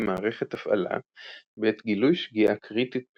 מערכת הפעלה בעת גילוי שגיאה קריטית פנימית,